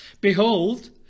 Behold